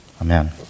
Amen